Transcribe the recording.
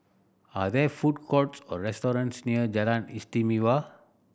are there food courts or restaurants near Jalan Istimewa